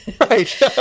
Right